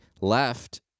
left